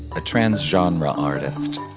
a trans-genre artist.